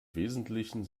wesentlichen